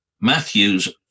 Matthews